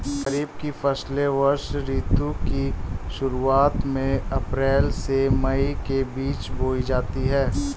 खरीफ की फसलें वर्षा ऋतु की शुरुआत में अप्रैल से मई के बीच बोई जाती हैं